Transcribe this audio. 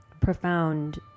profound